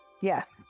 Yes